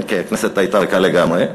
כי הכנסת הייתה ריקה לגמרי,